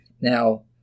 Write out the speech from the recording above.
Now